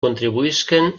contribuïsquen